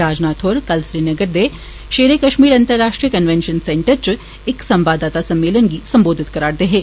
राजनाथ होर कल श्रीनगर दे शेरे कश्मीर अंतर्राश्ट्री कन्वेंशन सेंटर च इक संवाददाता सम्मेलन गी संबोधित करा'रदे हे